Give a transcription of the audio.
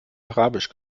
arabisch